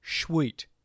Sweet